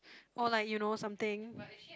or like you know something